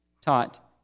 taught